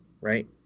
right